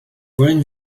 wollen